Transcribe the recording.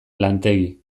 lantegi